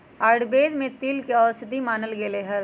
आयुर्वेद में तिल के औषधि मानल गैले है